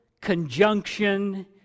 conjunction